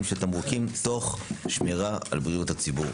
של תמרוקים - תוך שמירה על בריאות הציבור.